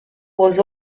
was